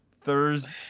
Thursday